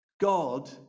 God